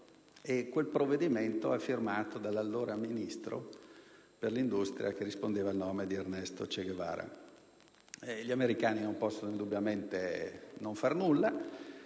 quel provvedimento venne firmato dall'allora ministro dell'industria, che rispondeva al nome di Ernesto Che Guevara. Gli americani non possono non far nulla